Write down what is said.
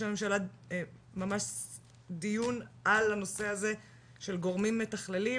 הממשלה ממש דיון על הנושא הזה של גורמים מתכללים